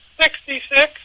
Sixty-six